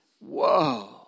Whoa